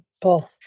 Paul